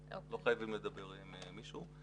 לא חייבים לדבר עם מישהו.